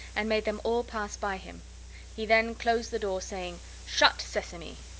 and made them all pass by him he then closed the door, saying shut, sesame!